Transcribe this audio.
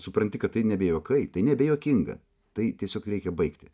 supranti kad tai nebe juokai tai nebejuokinga tai tiesiog reikia baigti